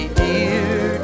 dear